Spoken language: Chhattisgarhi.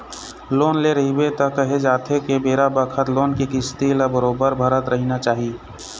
लोन ले रहिबे त केहे जाथे के बेरा बखत लोन के किस्ती ल बरोबर भरत रहिना चाही